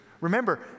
Remember